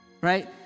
Right